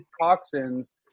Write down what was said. toxins